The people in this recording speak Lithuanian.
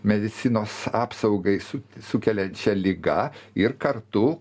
medicinos apsaugai su sukeliančia liga ir kartu